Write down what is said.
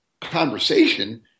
conversation